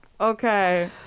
okay